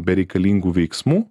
bereikalingų veiksmų